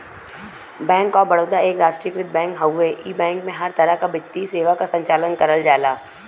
bank of Baroda एक राष्ट्रीयकृत bank हउवे इ बैंक में हर तरह क वित्तीय सेवा क संचालन करल जाला